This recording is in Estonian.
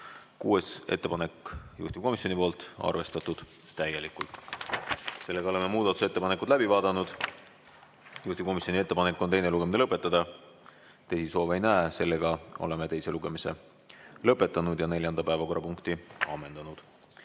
Kuues ettepanek on ka juhtivkomisjonilt, arvestatud täielikult. Oleme muudatusettepanekud läbi vaadanud. Juhtivkomisjoni ettepanek on teine lugemine lõpetada. Teisi soove ei näe, seega oleme teise lugemise lõpetanud ja neljanda päevakorrapunkti ammendanud.